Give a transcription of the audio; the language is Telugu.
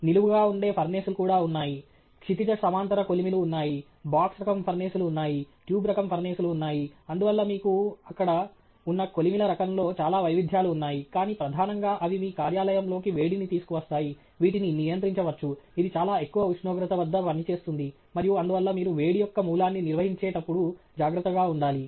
నిలువుగా ఉండే ఫర్నేసులు కూడా ఉన్నాయి క్షితిజ సమాంతర కొలిమిలు ఉన్నాయి బాక్స్ రకం ఫర్నేసులు ఉన్నాయి ట్యూబ్ రకం ఫర్నేసులు ఉన్నాయి అందువల్ల మీకు అక్కడ ఉన్న కొలిమిల రకంలో చాలా వైవిధ్యాలు ఉన్నాయి కానీ ప్రధానంగా అవి మీ కార్యాలయంలోకి వేడిని తీసుకువస్తాయి వీటిని నియంత్రించవచ్చు ఇది చాలా ఎక్కువ ఉష్ణోగ్రత వద్ద పనిచేస్తుంది మరియు అందువల్ల మీరు వేడి యొక్క మూలాన్ని నిర్వహించేటపుడు జాగ్రత్తగా ఉండాలి